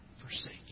forsake